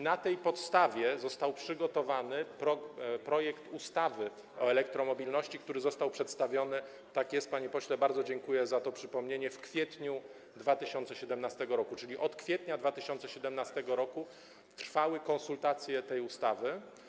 Na tej podstawie został przygotowany projekt ustawy o elektromobilności, który został przedstawiony - tak jest, panie pośle, bardzo dziękuję za to przypomnienie - w kwietniu 2017 r., czyli od kwietnia 2017 r. trwały konsultacje w sprawie tej ustawy.